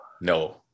No